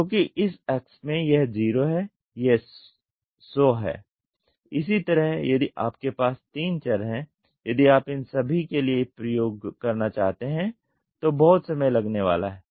क्योंकि इस X में यह 0 है यह 100 है इसी तरह यदि आपके पास 3 चर हैं यदि आप इन सभी के लिए प्रयोग करना चाहते हैं तो बहुत समय लगने वाला है